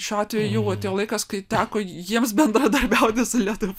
šiuo atveju jau atėjo laikas kai teko jiems bendradarbiauti su lietuvių